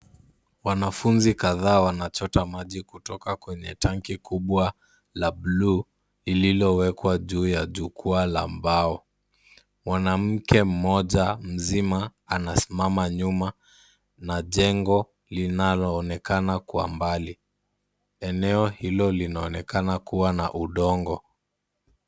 Wanafunzi kadhaa wanachota maji kutoka kwenye tanki kubwa la blue lililowekwa juu ya jukwaa la mbao. Mwanamke mmoja mzima anasimama nyuma na jengo linaloonekana kwa mbali. Eneo hilo linaonekana kuwa na udongo.